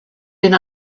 been